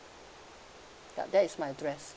yup that is my address